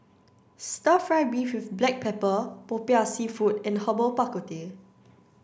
stir fry beef with black pepper popiah seafood and herbal bak ku teh